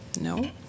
No